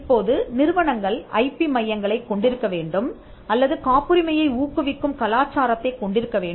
இப்போது நிறுவனங்கள் ஐபிIP மையங்களைக் கொண்டிருக்க வேண்டும் அல்லது காப்புரிமையை ஊக்குவிக்கும் கலாச்சாரத்தை கொண்டிருக்க வேண்டும்